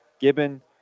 Gibbon